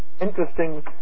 Interesting